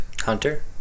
Hunter